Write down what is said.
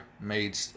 made